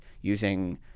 using